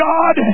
God